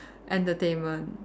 entertainment